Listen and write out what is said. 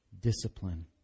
Discipline